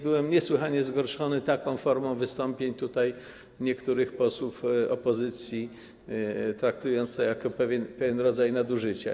Byłem niesłychanie zgorszony taką formą wystąpień tutaj niektórych posłów opozycji i traktuję to jako pewien rodzaj nadużycia.